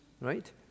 right